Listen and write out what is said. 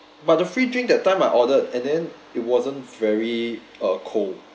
but the free drink that time I ordered and then it wasn't very uh cold